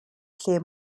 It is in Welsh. lle